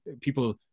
people